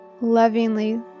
lovingly